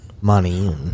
money